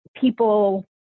people